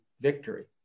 victory